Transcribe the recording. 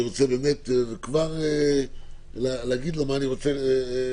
אני רוצה להגיד לו מה אני רוצה לשמוע,